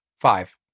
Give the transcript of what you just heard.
Five